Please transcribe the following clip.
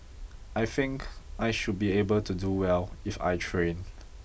I think I should be able to do well if I train